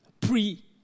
pre